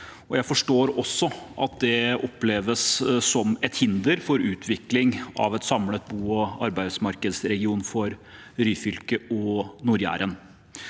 Jeg forstår også at det oppleves som et hinder for utviklingen av en samlet bo- og arbeidsmarkedsregion for Ryfylke og NordJæren.